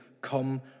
come